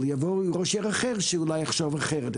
אבל יבוא ראש עיר אחר שאולי יחשוב אחרת.